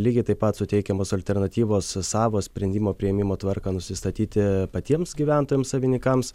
lygiai taip pat suteikiamos alternatyvos savo sprendimo priėmimo tvarką nusistatyti patiems gyventojams savininkams